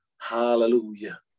Hallelujah